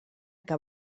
que